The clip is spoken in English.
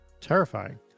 terrifying